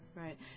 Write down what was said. Right